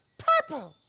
purple.